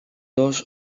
dos